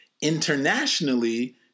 internationally